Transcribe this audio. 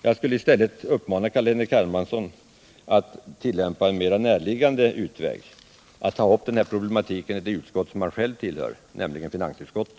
Jag vill uppmana Carl-Henrik Hermansson att i stället tillgripa en mer närliggande utväg — att ta upp denna problematik i det utskott han själv tillhör, nämligen finansutskottet.